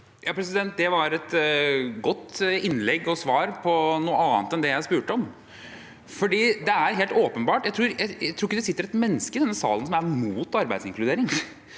(H) Det var et godt inn- legg og svar på noe annet enn det jeg spurte om. Det er helt åpenbart – jeg tror ikke det sitter ett menneske i denne salen som er mot arbeidsinkludering,